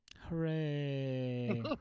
Hooray